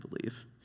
believe